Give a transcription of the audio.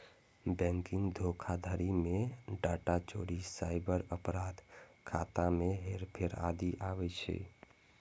banking धोखाधड़ी मे data चोरी, साइबर अपराध, खाता मे हेरफेर आदि आबै छै